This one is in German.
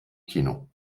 kino